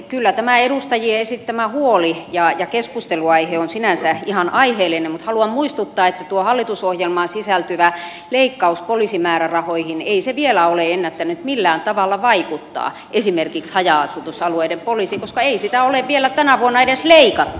kyllä tämä edustajien esittämä huoli ja keskustelunaihe on sinänsä ihan aiheellinen mutta haluan muistuttaa että tuo hallitusohjelmaan sisältyvä leikkaus poliisimäärärahoihin ei vielä ole ennättänyt millään tavalla vaikuttaa esimerkiksi haja asutusalueiden poliisiin koska ei siitä ole vielä tänä vuonna edes leikattu